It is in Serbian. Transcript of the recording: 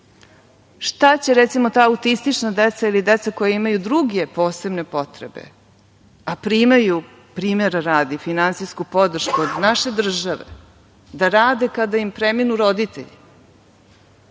će, recimo, ta autistična deca ili deca koja imaju druge posebne potrebe, a primaju, primera radi, finansijsku podršku od naše države, da rade kada im preminu roditelji?